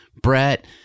Brett